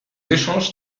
échanges